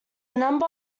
number